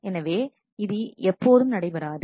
எனவே இது எப்போதும் நடைபெறாது